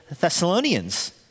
Thessalonians